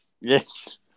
Yes